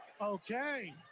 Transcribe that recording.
Okay